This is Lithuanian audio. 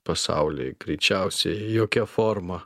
pasauly greičiausiai jokia forma